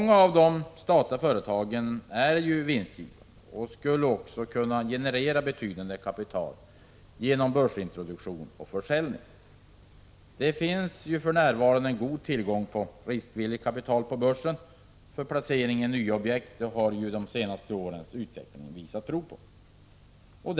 Många av de statliga företagen är vinstgivande och skulle kunna generera betydande kapital genom börsintroduktion och försäljning. Det finns ju för närvarande god tillgång på riskvilligt kapital på börsen för placering i nya objekt. Det har de senaste årens utveckling visat prov på.